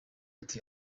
ati